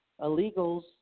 illegals